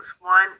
one